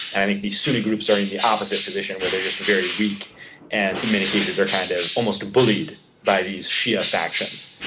and the sunni groups are in the opposite position where they're just very weak and in many cases are kind of almost bullied by these shia factions.